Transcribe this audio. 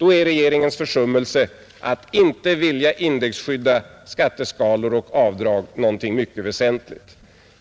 är regeringens försummelse att inte vilja indexskydda skatteskalor och avdrag någonting mycket väsentligt.